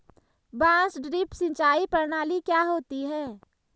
बांस ड्रिप सिंचाई प्रणाली क्या होती है?